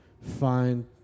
find